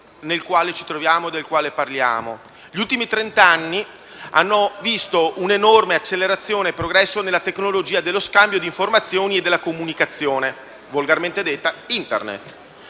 Gli ultimi trent'anni hanno visto un'enorme accelerazione e un progresso nella tecnologia dello scambio di informazioni e della comunicazione, volgarmente detta *Internet*.